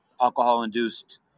alcohol-induced